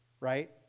right